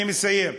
אני מסיים.